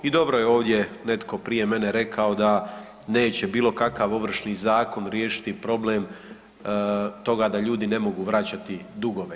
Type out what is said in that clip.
I dobro je ovdje netko prije mene rekao da neće bilo kakav Ovršni zakon riješiti problem toga da ljudi ne mogu vraćati dugove.